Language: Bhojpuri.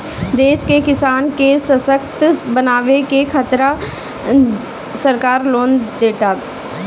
देश के किसान के ससक्त बनावे के खातिरा सरकार लोन देताटे